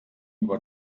über